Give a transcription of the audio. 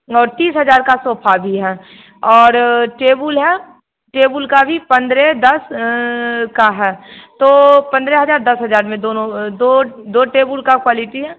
और तीस हज़ार का सोफा भी है और टेबुल है टेबुल का भी पंद्रह दस का है तो पंद्रह हज़ार दस हज़ार में दोनों दो दो टेबुल का क्वालीटी है